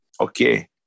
okay